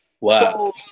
Wow